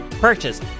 purchase